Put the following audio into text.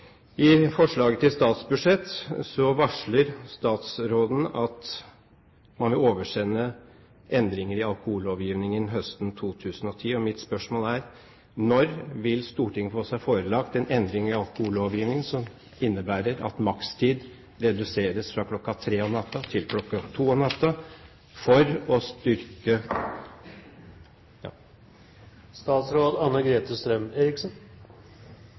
I forslaget til statsbudsjett varsler statsråden at man vil oversende forslag til endringer i alkohollovgivningen høsten 2010. Mitt spørsmål er: Når vil Stortinget få seg forelagt forslag til en endring i alkohollovgivningen som innebærer at makstid reduseres fra kl. 03 om natten til